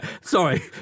sorry